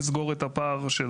לסגור את הפער.